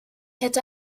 hätte